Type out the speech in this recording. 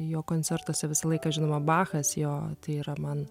jo koncertuose visą laiką žinoma bachas jo tai yra man